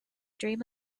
dream